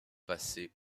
passé